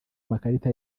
amakarita